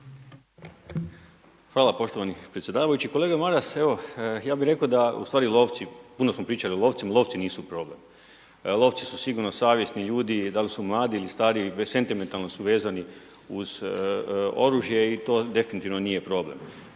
Hvala poštovani predsjedavajući. Kolega Maras evo ja bih rekao da ustvari lovci, puno smo pričali o lovcima, lovci nisu problem. Lovci su sigurno savjesni ljudi. Da li su mladi ili stari, sentimentalno su vezani uz oružje i to definitivno nije problem.